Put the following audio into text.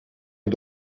het